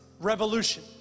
revolution